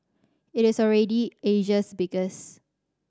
it is already Asia's biggest